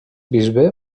bisbe